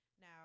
now